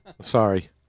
Sorry